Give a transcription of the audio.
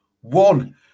one